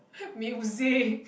music